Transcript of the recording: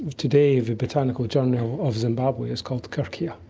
today the botanical journal of zimbabwe is called kirkia,